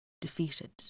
defeated